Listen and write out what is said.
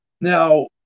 Now